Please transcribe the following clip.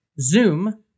Zoom